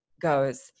goes